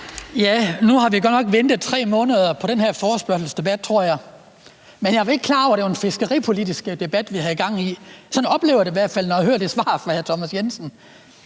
Nu har vi godt nok ventet 3 måneder på den her forespørgselsdebat, tror jeg. Men jeg var ikke klar over, at det var en fiskeripolitisk debat, vi havde gang i. Sådan oplever jeg det i hvert fald, når jeg hører det svar fra hr. Thomas Jensen.